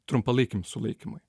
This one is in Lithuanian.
trumpalaikiam sulaikymui